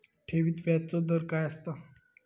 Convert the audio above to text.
ठेवीत व्याजचो दर काय असता?